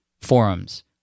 forums